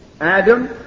Adam